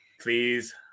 Please